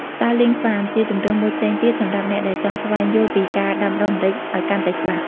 Starling Farm ជាជម្រើសមួយផ្សេងទៀតសម្រាប់អ្នកដែលចង់ស្វែងយល់ពីការដាំដុះម្រេចអោយកាន់តែច្បាស់ ។